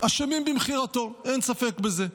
אשמים במכירתו, אין ספק בזה,